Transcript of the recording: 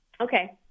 Okay